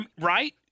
Right